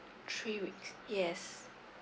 three weeks yes